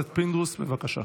הצעת חוק הביטוח הלאומי (תיקון,